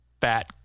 fat